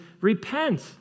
repent